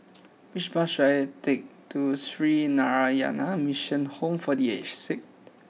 which bus should I take to Sree Narayana Mission Home for The Aged Sick